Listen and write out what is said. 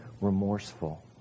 remorseful